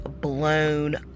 blown